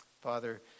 Father